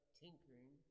tinkering